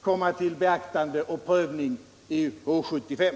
komma till beaktande och prövning i H 75.